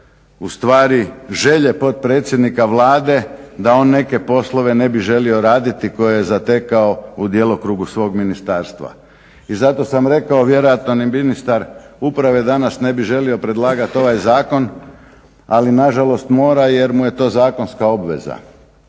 u stvari željele potpredsjednika Vlade da on neke poslove ne bi želio raditi koje je zatekao u djelokrugu svog ministarstva. I zato sam rekao vjerojatno ni ministar uprave danas ne bi želio predlagati ovaj zakon, ali na žalost mora jer mu je to zakonska obveza,